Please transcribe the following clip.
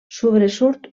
sobresurt